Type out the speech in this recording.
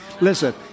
Listen